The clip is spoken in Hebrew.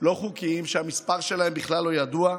לא חוקיים, שהמספר שלהם בכלל לא ידוע,